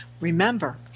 Remember